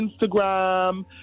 Instagram